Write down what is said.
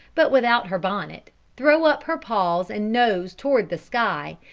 but without her bonnet, throw up her paws and nose towards the sky,